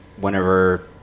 whenever